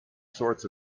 sorts